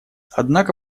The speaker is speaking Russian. однако